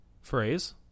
phrase